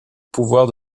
pouvoir